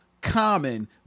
Common